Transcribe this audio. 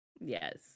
yes